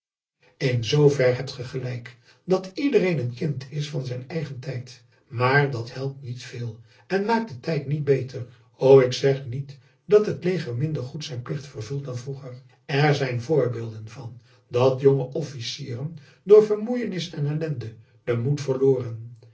in zoover hebt ge gelijk dat iedereen een kind is van zijn tijd maar dat helpt niet veel en maakt den tijd niet beter o ik zeg niet dat het leger minder goed zijn plicht vervult dan vroeger er zijn voorbeelden van dat jonge officieren door vermoeienis en ellende den moed verloren